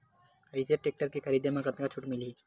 Eicher tractor के खरीदी म कतका छूट मिलही?